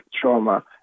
trauma